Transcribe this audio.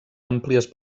àmplies